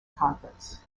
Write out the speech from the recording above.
conference